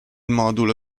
modulo